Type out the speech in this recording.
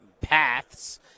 paths